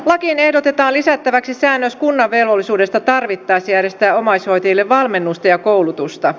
lakiin ehdotetaan lisättäväksi säännös kunnan velvollisuudesta tarvittaessa järjestää omaishoitajille valmennusta ja koulutusta